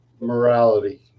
morality